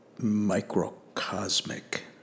microcosmic